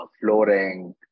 flooring